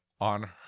on